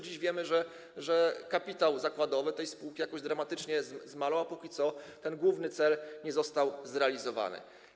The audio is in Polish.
Dziś wiemy, że kapitał zakładowy tej spółki jakoś dramatycznie zmalał, a, póki co, ten główny cel nie został zrealizowany.